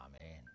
amen